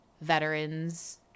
veterans